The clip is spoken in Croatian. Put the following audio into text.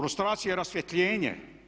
Lustracija je rasvjetljenje.